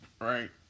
right